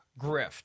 grift